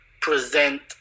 present